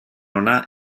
ona